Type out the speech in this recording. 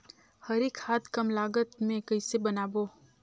हरी खाद कम लागत मे कइसे बनाबो?